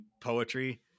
poetry